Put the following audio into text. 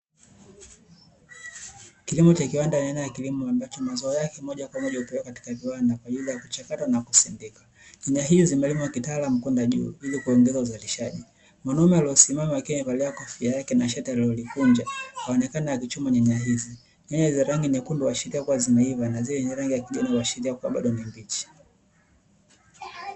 Kilimo cha kiwanda huwa ni aina ya kilimo ambacho mazao yake moja kwa moja hupeleka katika viwanda kwa yeye kuchakatwa na kusindikwa. nyanya hizi zimelimwa kitaalamu kwenda juu hivyo kuongeza uzalishaji. Mwanaume aliosimama akiwa amevalia kofia yake na shati alilokunja, anaonekana akichuma nyanya hizi. Ninyanya za rangi nyekundu huashiria kuwa zimeiva na zile zenye rangi ya kijani huashiria kuwa bado mbichi.